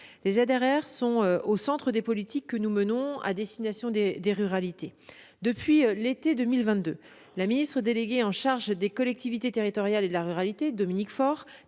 Les ZRR sont au centre des politiques que nous menons à destination des ruralités. Depuis l'été 2022, la ministre déléguée chargée des collectivités territoriales et de la ruralité, Dominique Faure,